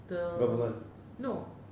the government